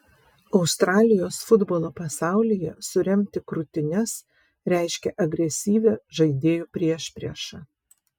australijos futbolo pasaulyje suremti krūtines reiškia agresyvią žaidėjų priešpriešą